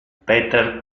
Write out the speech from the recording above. peter